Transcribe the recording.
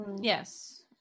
Yes